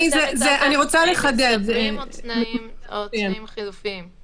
אני מבינה שהנקודה שהכי חשובה לנו היא